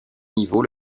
niveau